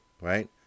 right